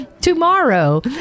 tomorrow